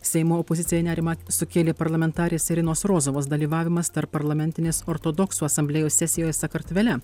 seimo opozicijai nerimą sukėlė parlamentarės irinos rozovos dalyvavimas tarpparlamentinės ortodoksų asamblėjos sesijoj sakartvele